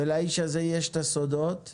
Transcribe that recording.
ולאיש הזה יש את הסודות?